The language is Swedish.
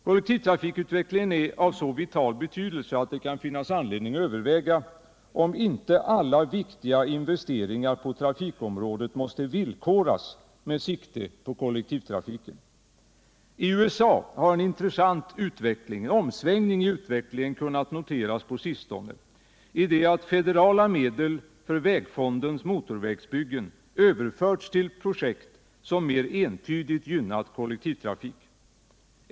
Kollektivtrafikutvecklingen är av så vital betydelse att det kan finnas anledning att överväga om inte alla viktigare investeringar på trafikområdet måste villkoras med sikte på kollektivtrafiken. I USA har en intressant omsvängning i utvecklingen kunnat noteras på sistone i det att federala medel för vägfondens motorvägsbyggen överförts till projekt som mer entydigt gynnat kollektivtrafik.